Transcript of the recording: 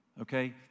Okay